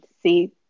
See